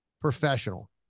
professional